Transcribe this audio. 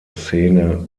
szene